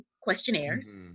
questionnaires